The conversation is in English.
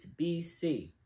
BC